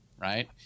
right